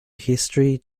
history